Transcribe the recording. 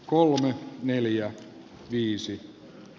kolme neljä viisi